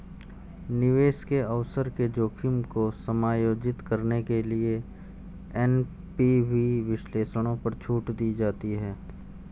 निवेश के अवसर के जोखिम को समायोजित करने के लिए एन.पी.वी विश्लेषणों पर छूट दी जाती है